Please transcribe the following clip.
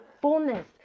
fullness